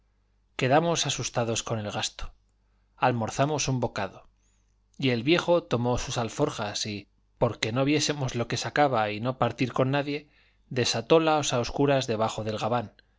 quedamos asustados con el gasto almorzamos un bocado y el viejo tomó sus alforjas y porque no viésemos lo que sacaba y no partir con nadie desatólas a oscuras debajo del gabán